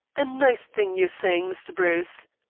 a nice thing you're saying, mr. bruce.